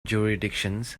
jurisdictions